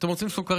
אתם רוצים סוכריה?